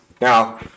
Now